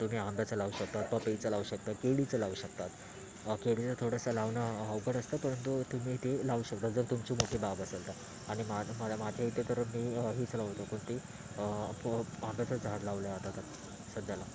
तुम्ही आंब्याचं लावू शकतात पपईचं लावू शकतात केळीचं लावू शकतात केळी थोडंसं लावणं अवघड असतं परंतु तुम्ही ते लावू शकता जर तुमची मोठी बाग असेल तर आणि मा मला माझ्या इथे तर मी हीच लावतो कोणती प आंब्याचं झाड लावलं आहे आता तर सध्याला